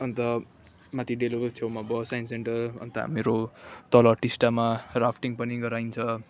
अन्त माथि डेलोको छेउमा भयो साइन्स सेन्टर अन्त मेरो तल टिस्टामा राफटिङ पनि गराइन्छ